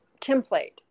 template